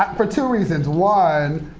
for two reasons, one